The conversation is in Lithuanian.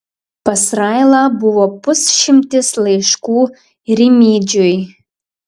pas railą buvo pusšimtis laiškų rimydžiui